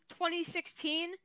2016